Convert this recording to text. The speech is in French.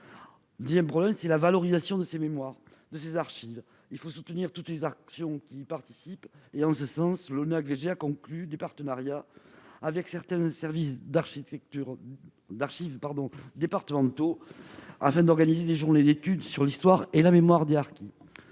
Le deuxième problème est la valorisation de ces mémoires et de ces archives. Il faut soutenir toutes les actions qui y participent. Pour cela, l'ONACVG a conclu des partenariats avec certains services départementaux d'archives, afin d'organiser des journées d'études sur l'histoire et la mémoire des harkis.